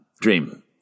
Dream